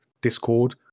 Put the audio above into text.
Discord